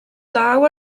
law